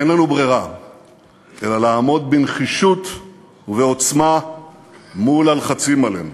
אין לנו ברירה אלא לעמוד בנחישות ובעוצמה מול הלחצים עלינו.